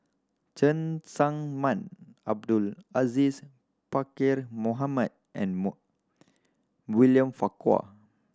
Cheng Tsang Man Abdul Aziz Pakkeer Mohamed and William Farquhar